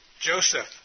Joseph